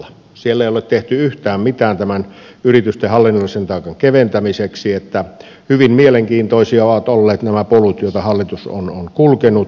siellä ei ole tehty yhtään mitään yritysten hallinnollisen taakan keventämiseksi niin että hyvin mielenkiintoisia ovat olleet nämä polut joita hallitus on kulkenut